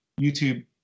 YouTube